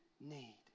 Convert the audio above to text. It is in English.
need